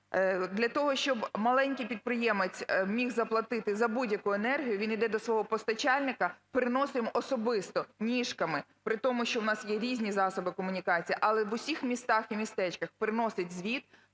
Для того, щоб маленький підприємець міг заплатити за будь-яку енергію, він іде до свого постачальника, приносить йому особисто, ніжками, при тому, що у нас є різні засоби комунікацій, але в усіх містах і містечках приносить звіт,